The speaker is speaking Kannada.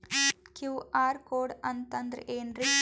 ಕ್ಯೂ.ಆರ್ ಕೋಡ್ ಅಂತಂದ್ರ ಏನ್ರೀ?